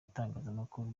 ibitangazamakuru